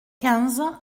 quinze